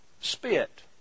spit